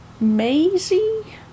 Maisie